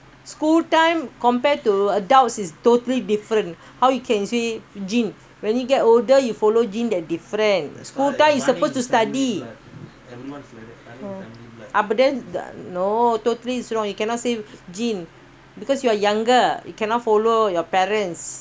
school time compared to adults is totally different how you can say gene when you get older you follow gene they're different because you're supposed to study no totally is wrong you cannot say gene because you are younger you cannot follow your parents